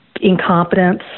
incompetence